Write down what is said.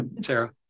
Sarah